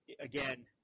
again